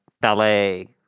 ballet